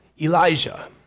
Elijah